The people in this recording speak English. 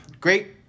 great